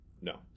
no